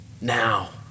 now